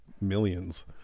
millions